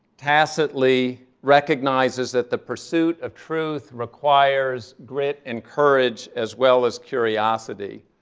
tacitly recognizes that the pursuit of truth requires grit and courage as well as curiosity.